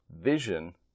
vision